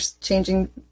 changing